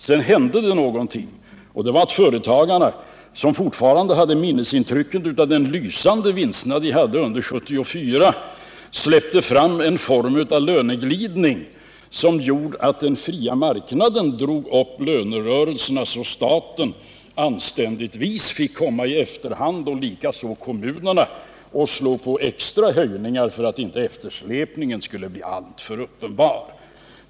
Sedan hände någonting, och det var att företagarna, som fortfarande hade i minnet de lysande vinster de gjorde under 1974, släppte fram en kraftig löneglidning. Den fria marknaden drog upp lönerna så att staten och likaså kommunerna i efterhand anständigtvis fick lägga på extra höjningar för att inte eftersläpningen skulle bli alltför stor.